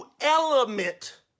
element